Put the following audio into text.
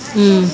mm